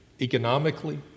economically